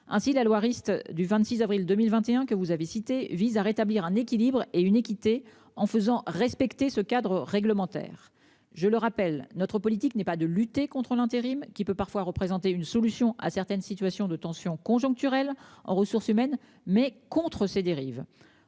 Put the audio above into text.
Ainsi la loi Rist du 26 avril 2021 que vous avez cité vise à rétablir un équilibre et une équité en faisant respecter ce cadre réglementaire, je le rappelle, notre politique n'est pas de lutter contre l'intérim qui peut parfois représenter une solution à certaines situations de tension conjoncturelle aux ressources humaines mais contre ces dérives